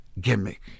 gimmick